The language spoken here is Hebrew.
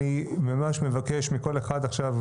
אני ממש מבקש מכל אחד עכשיו,